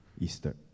Easter